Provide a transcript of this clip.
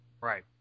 Right